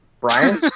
Brian